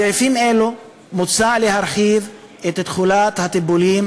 בסעיפים אלו מוצע להרחיב את תחולת הטיפולים